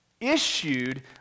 issued